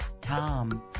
Tom